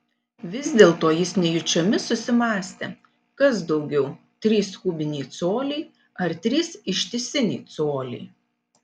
vis dėlto jis nejučiomis susimąstė kas daugiau trys kubiniai coliai ar trys ištisiniai coliai